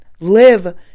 live